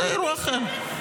זה אירוע אחר.